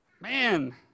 man